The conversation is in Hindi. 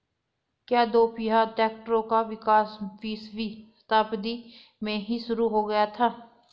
क्या दोपहिया ट्रैक्टरों का विकास बीसवीं शताब्दी में ही शुरु हो गया था?